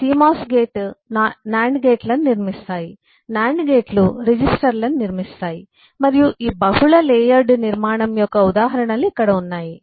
కాబట్టి CMOS గేట్లు NAND గేట్లను నిర్మిస్తాయి NAND గేట్లు రిజిస్టర్లను నిర్మిస్తాయి మరియు ఈ బహుళ లేయర్డ్ నిర్మాణం యొక్క ఉదాహరణలు ఇక్కడ ఉన్నాయి